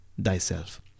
thyself